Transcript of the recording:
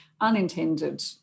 unintended